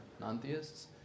non-theists